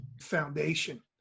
foundation